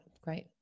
Great